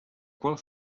qual